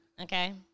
Okay